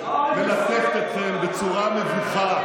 מלטפת אתכם בצורה מביכה,